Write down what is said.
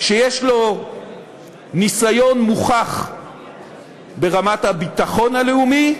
שיש לו ניסיון מוכח ברמת הביטחון הלאומי,